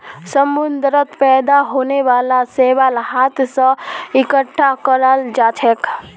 समुंदरत पैदा होने वाला शैवाल हाथ स इकट्ठा कराल जाछेक